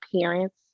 parents